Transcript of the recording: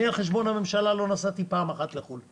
אני על חשבון הממשלה לא נסעתי פעם אחת לחו"ל,